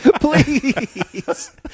Please